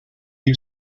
you